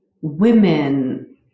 women